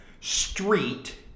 street